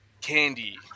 candy